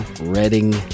Reading